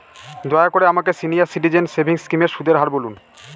দয়া করে আমাকে সিনিয়র সিটিজেন সেভিংস স্কিমের সুদের হার বলুন